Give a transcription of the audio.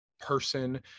person